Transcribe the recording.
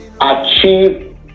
achieve